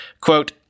Quote